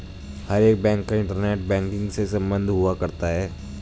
हर एक बैंक का internet banking से सम्बन्ध हुआ करता है